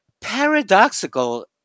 paradoxical